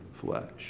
flesh